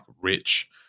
rich